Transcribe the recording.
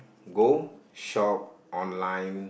go shop online